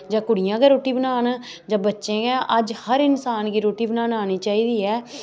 जां कुड़ियां गै रुट्टी बनाना जां बच्चें गै अज्ज हर इंसान गी रूट्टी बनाना औनी चाहिदी ऐ